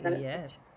Yes